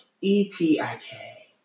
E-P-I-K